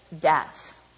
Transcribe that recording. death